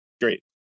great